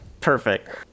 perfect